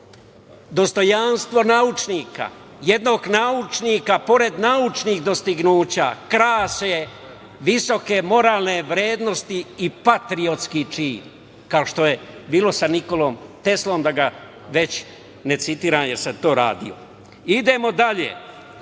dostojanstvo naučnika. Jednog naučnika pored naučnih dostignuća krase visoke moralne vrednosti i patriotski čin, kao što je bilo sa Nikolom Teslom, da ga već ne citiram, jer sam to radio. Idemo dalje.